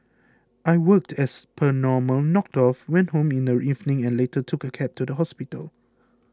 I worked as per normal knocked off went home in the evening and later took a cab to the hospital